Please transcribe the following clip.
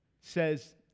says